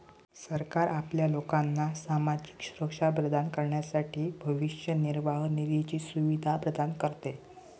सरकार आपल्या लोकांना सामाजिक सुरक्षा प्रदान करण्यासाठी भविष्य निर्वाह निधीची सुविधा प्रदान करते